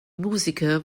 musiker